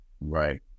Right